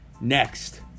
Next